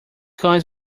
coins